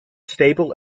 stable